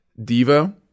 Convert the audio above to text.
Devo